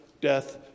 death